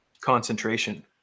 concentration